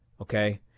okay